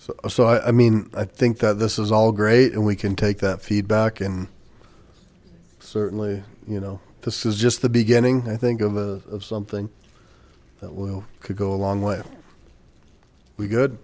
serving so so i mean i think that this is all great and we can take that feedback and certainly you know this is just the beginning i think of something that will go a long way we good